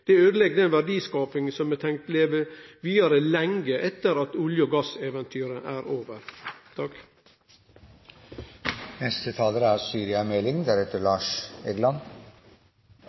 vår. Det øydelegg den verdiskapinga som ein har tenkt skal leve vidare lenge etter at olje- og gasseventyret er over.